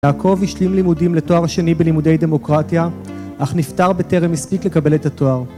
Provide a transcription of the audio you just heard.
יעקוב השלים לימודים לתואר השני בלימודי דמוקרטיה, אך נפטר בטרם הספיק לקבל את התואר